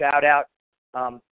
shout-out